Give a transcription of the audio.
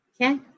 okay